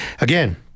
Again